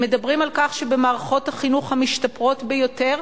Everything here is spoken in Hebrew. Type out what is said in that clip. הם מדברים על כך שבמערכות החינוך המשתפרות ביותר,